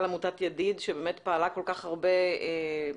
עמותת ידיד שפעלה כל כך הרבה ברחבי הארץ,